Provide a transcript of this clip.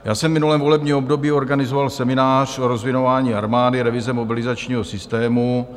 Já jsem v minulém volebním období organizoval seminář Rozvinování armády, revize mobilizačního systému.